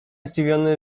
zdziwiony